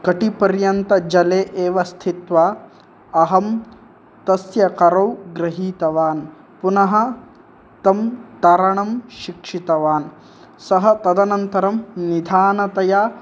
कटिपर्यन्तजले एव स्थित्वा अहं तस्य करौ गृहीतवान् पुनः तं तरणं शिक्षितवान् सः तदनन्तरं निधानतया